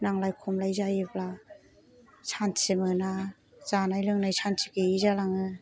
नांलाय खमलाय जायोब्ला शान्ति मोना जानाय लोंनाय शान्ति गैयै जालाङो